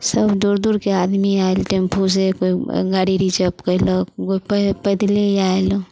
सब दूर दूरके आदमी आयल टेम्पूसँ गाड़ी उड़ी सब कयलक कोइ पैदले आयल